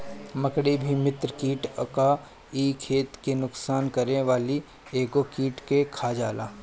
मकड़ी भी मित्र कीट हअ इ खेत के नुकसान करे वाला कइगो कीट के खा जाला